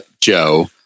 Joe